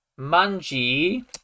mangi